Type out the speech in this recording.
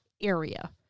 area